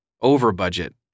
over-budget